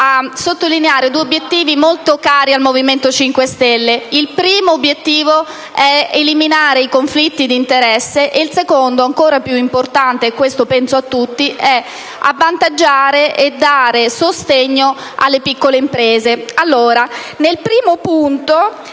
sottolineare due obiettivi molto cari al Movimento 5 Stelle. Il primo obiettivo è eliminare i conflitti di interesse, il secondo, ancor più importante (penso per tutti), avvantaggiare e dare sostegno alle piccole imprese.